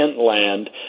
land